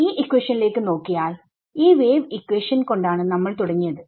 ഈ ഇക്വേഷനിലേക്ക് നോക്കിയാൽ ഈ വേവ് ഇക്വേഷൻ കൊണ്ടാണ് നമ്മൾ തുടങ്ങിയത്